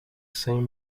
same